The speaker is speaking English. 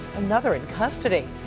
another in custody.